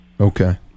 Okay